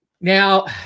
Now